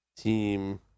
team